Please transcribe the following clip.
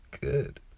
good